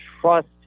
trust